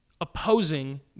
Opposing